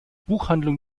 buchhandlung